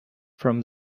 from